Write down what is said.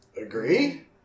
Agree